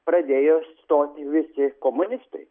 pradėjo stoti visi komunistai